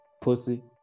pussy